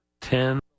Ten